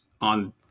on